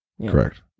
Correct